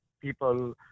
people